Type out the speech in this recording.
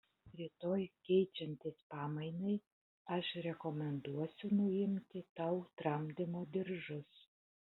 rytoj keičiantis pamainai aš rekomenduosiu nuimti tau tramdymo diržus